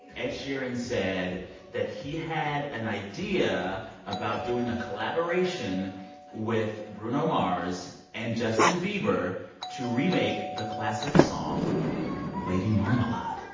ed sheeran said that he had an idea about doing a collaboration with bruno mars and justin bieber to remake the classic song lady marmalade. creole